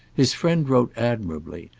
his friend wrote admirably,